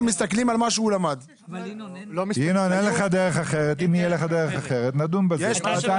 אם תהיה לך, נדון בזה.